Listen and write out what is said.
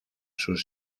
sus